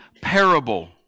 parable